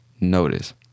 notice